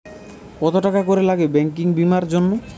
কত টাকা করে লাগে ব্যাঙ্কিং বিমার জন্য?